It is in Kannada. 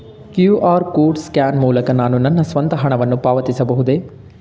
ಕ್ಯೂ.ಆರ್ ಕೋಡ್ ಸ್ಕ್ಯಾನ್ ಮೂಲಕ ನಾನು ನನ್ನ ಸ್ವಂತ ಹಣವನ್ನು ಪಾವತಿಸಬಹುದೇ?